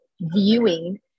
viewing